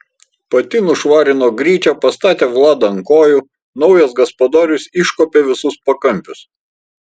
pati nušvarino gryčią pastatė vladą ant kojų naujas gaspadorius iškuopė visus pakampius